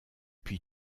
puis